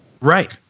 Right